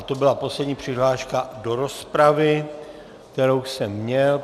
To byla poslední přihláška do rozpravy, kterou jsem měl.